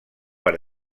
per